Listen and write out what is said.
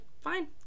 fine